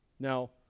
Now